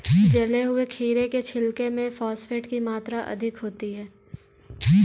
जले हुए खीरे के छिलके में फॉस्फेट की मात्रा अधिक होती है